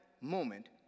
moment